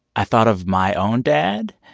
i thought of my own dad,